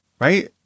Right